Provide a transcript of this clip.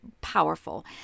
powerful